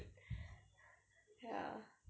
ya